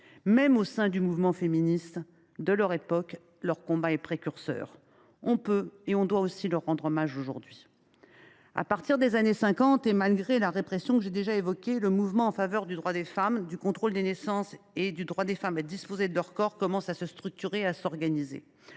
Même au sein du mouvement féministe de leur époque, leur combat est précurseur. On peut et l’on doit aussi leur rendre hommage aujourd’hui. À partir des années 1950, et malgré la répression que j’ai évoquée, le mouvement en faveur du droit des femmes, du contrôle des naissances et du droit des femmes à disposer de leur corps commence à se structurer et à s’organiser.